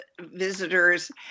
visitors